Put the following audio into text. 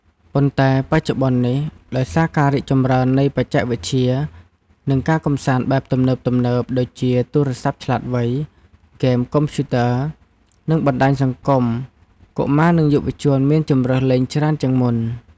ប៉ុន្តែបច្ចុប្បន្ននេះ ដោយសារការរីកចម្រើននៃបច្ចេកវិទ្យា និងការកម្សាន្តបែបទំនើបៗ ដូចជាទូរសព្ទឆ្លាតវៃ ហ្គេមកុំព្យូទ័រ និងបណ្តាញសង្គម កុមារ និងយុវជនមានជម្រើសលេងច្រើនជាងមុន។